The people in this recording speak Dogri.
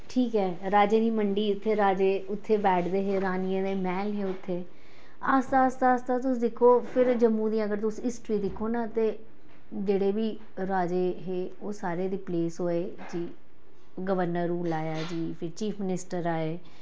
ठीक ऐ राजें दी मंडी उत्थे राजे उत्थे बैठदे हे रानियें दे मैह्ल हे उत्थे आस्ता आस्ता तुस दिक्खो फिर जम्मू दी अगर तुस हिस्ट्री दिक्खो ना ते जेह्ड़े वी राजे हे ओह् सारे रिपलेस होए जी गवर्नर रूल आया जी फिर चीफ मनिस्टर आए